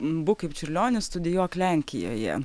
būk kaip čiurlionis studijuok lenkijoje